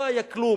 לא היה כלום,